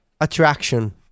attraction